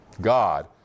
God